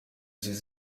sie